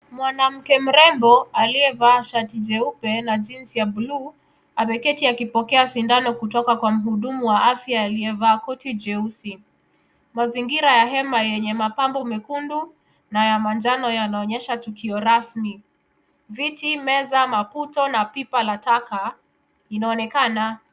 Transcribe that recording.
Mwanamke mrembo aliyevaa shati jeupe na jeans za blue ameketi akipokea sindano kutoka kwa mhudumu wa afya aliyevaa koti jeusi. Mazingira ya hema yenye mapambo mekundu na ya manjano yanaonyesha tukio rasmi. Viti, meza, maputo ya taka yanaonekana.